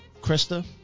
krista